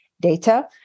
data